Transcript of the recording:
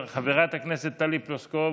חברת הכנסת טלי פלוסקוב,